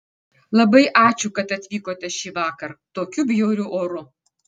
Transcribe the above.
labai ačiū kad atvykote šįvakar tokiu bjauriu oru